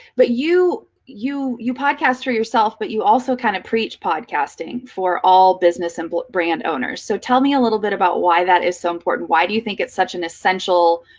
but you you podcast for yourself, but you also kind of preach podcasting for all business and but brand owners. so tell me a little bit about why that is so important. why do you think it's such an essential